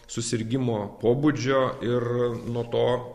susirgimo pobūdžio ir nuo to